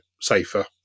safer